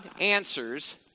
answers